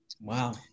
Wow